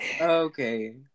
okay